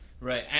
Right